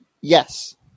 Yes